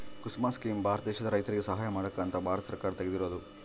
ಕುಸುಮ scheme Bharat ದೇಶದ ರೈತರಿಗೆ ಸಹಾಯ ಮಾಡಕ ಅಂತ ಭಾರತ ಸರ್ಕಾರ ತೆಗ್ದಿರೊದು